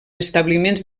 establiments